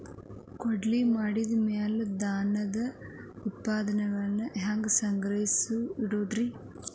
ಕೊಯ್ಲು ಮಾಡಿದ ಮ್ಯಾಲೆ ಧಾನ್ಯದ ಉತ್ಪನ್ನಗಳನ್ನ ಹ್ಯಾಂಗ್ ಸಂಗ್ರಹಿಸಿಡೋದು?